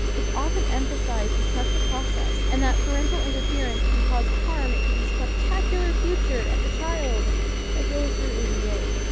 it's often emphasized to trust the process and that parental interference can cause harm to the spectacular future of the child that goes through aba.